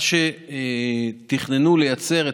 מה שתכננו לייצר,